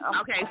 okay